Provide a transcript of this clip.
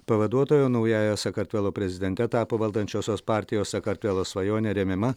pavaduotoja naująja sakartvelo prezidente tapo valdančiosios partijos sakartvelo svajonė remiama